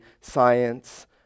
science